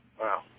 Wow